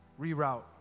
Reroute